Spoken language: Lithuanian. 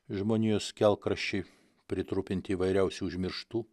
žmonijos kelkraščiai pritrupinti įvairiausių užmirštų